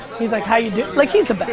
he's like, how you, like he's the best.